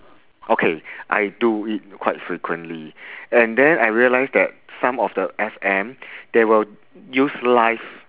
okay I do it quite frequently and then I realised then some of the F_M they will use live